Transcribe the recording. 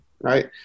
right